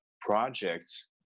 projects